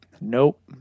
Nope